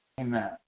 Amen